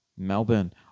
Melbourne